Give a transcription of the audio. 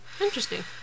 Interesting